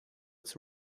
its